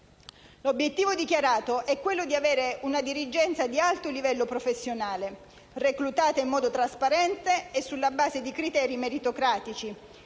L'obiettivo dichiarato è quello di avere una dirigenza di alto livello professionale, reclutata in modo trasparente e sulla base di criteri meritocratici,